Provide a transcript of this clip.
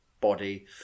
body